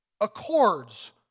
accords